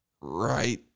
right